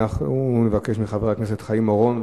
אנחנו נבקש מחבר הכנסת חיים אורון,